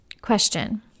Question